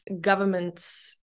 government's